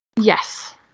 Yes